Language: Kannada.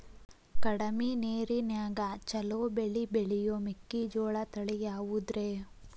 ಕಡಮಿ ನೇರಿನ್ಯಾಗಾ ಛಲೋ ಬೆಳಿ ಬೆಳಿಯೋ ಮೆಕ್ಕಿಜೋಳ ತಳಿ ಯಾವುದ್ರೇ?